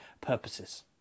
purposes